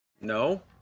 no